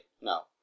No